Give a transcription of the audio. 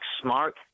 smart